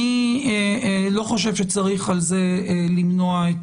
אני לא חושב שצריך על זה למנוע את